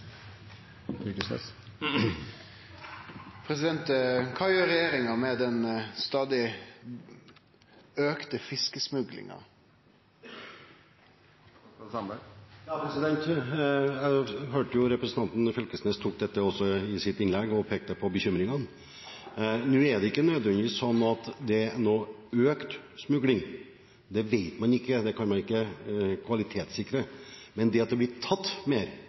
Fylkesnes tok opp dette også i sitt innlegg og pekte på bekymringene. Det er ikke nødvendigvis slik at det er økt smugling. Det vet man ikke, det kan man ikke kvalitetssikre. Men at det blir tatt mer,